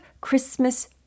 Christmas